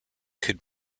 could